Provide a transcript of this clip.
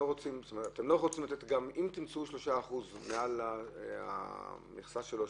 אם תמצאו 3% מעל המכסה שלו,